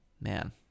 Man